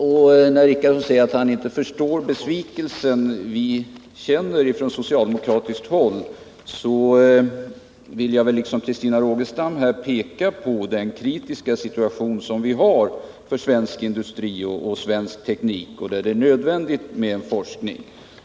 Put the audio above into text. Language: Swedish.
När Gunnar Richardson säger att han inte förstår den besvikelse vi känner på socialdemokratiskt håll, så vill jag liksom Christina Rogestam peka på den kritiska situation som vi har för svensk industri och svensk teknik och som gör det nödvändigt med en forskning.